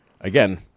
again